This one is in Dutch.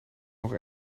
nog